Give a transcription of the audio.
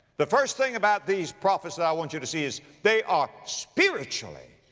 the first thing about these prophets that i want you to see is they are spiritually,